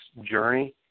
journey